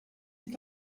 est